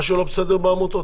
משהו לא בסדר בעמותות,